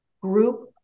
group